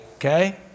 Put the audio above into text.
Okay